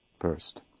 first